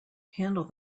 handle